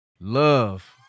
love